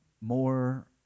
more